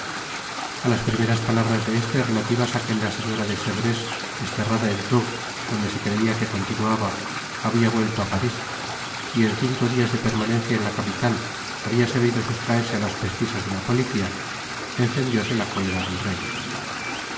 a las primeras palabras de este relativas á que la señora de chevreuse desterrada en tours donde se creia que continuaba habia vuelto á paris y en cinco dias de permanencia en la capital habia sabido sustraerse á las pesquisas de la policia encendióse la cólera del rey